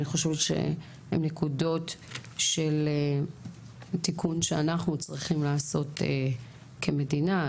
חושבת שהן נקודות של תיקון שאנחנו צריכים לעשות כמדינה,